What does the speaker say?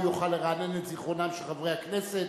הוא יוכל לרענן את זיכרונם של חברי הכנסת